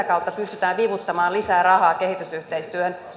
kautta pystytään vivuttamaan lisää rahaa kehitysyhteistyöhön